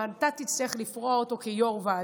ואתה תצטרך לפרוע אותו כיו"ר ועדה.